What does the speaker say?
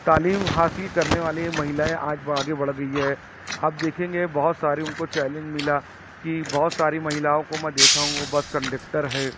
تعلیم حاصل کرنے والی مہیلائیں آج وہ آگے بڑھ گئی ہیں آپ دیکھیں گے بہت سارے ان کو چیلنج ملا کہ بہت ساری مہیلاؤں کو میں دیکھا ہوں وہ بس کنڈکٹر ہے